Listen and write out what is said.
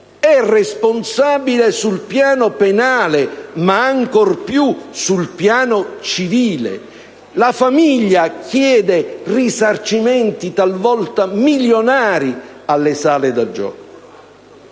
è responsabile sul piano penale, ma ancor più sul piano civile. La famiglia chiede risarcimenti, talvolta milionari, alle sale da gioco.